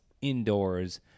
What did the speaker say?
indoors